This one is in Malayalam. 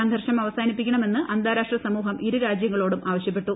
സംഘർഷം അവസാനിപ്പി ക്കണമെന്ന് അന്താരാഷ്ട്ര സമൂഹം ഇരുരാജ്യങ്ങളോടും ആവശ്യപ്പെട്ടു